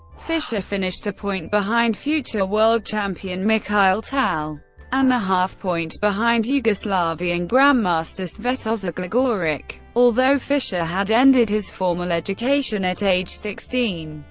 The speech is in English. fischer finished a point behind future world champion mikhail tal and a half-point behind yugoslavian grandmaster svetozar gligoric. although fischer had ended his formal education at age sixteen,